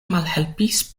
malhelpis